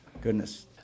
goodness